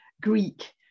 Greek